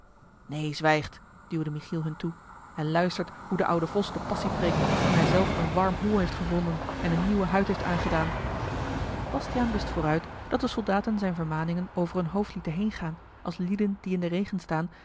neen zwijgt duwde michiel hun toe en luistert hoe de oude vos de passie preekt nu hij zelf een warm hol heeft gevonden en een nieuwe huid heeft aangedaan bastiaan wist vooruit dat de soldaten zijne vermaningen over hun hoofd lieten heengaan als lieden die in den regen staan